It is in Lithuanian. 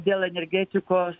dėl energetikos